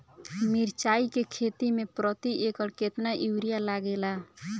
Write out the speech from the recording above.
मिरचाई के खेती मे प्रति एकड़ केतना यूरिया लागे ला?